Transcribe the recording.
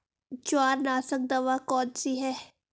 जवार नाशक दवा कौन सी है?